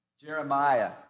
Jeremiah